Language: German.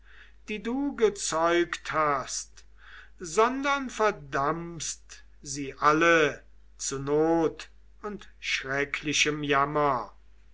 die du gezeugt hast sondern verdammst sie alle zu not und schrecklichem jammer